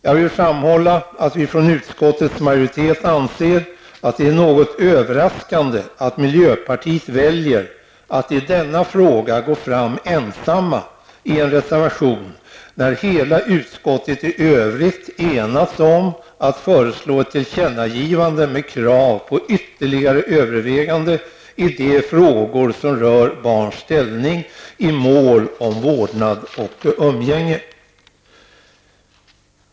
Jag vill framhålla att utskottets majoritet anser att det är något överraskande att miljöpartiets representant väljer att i denna fråga gå fram ensam i en reservation, när hela utskottet i övrigt har enats om att föreslå ett tillkännagivande med krav på ytterligare övervägande i de frågor som rör barns ställning i mål om vårdnad och umgänge.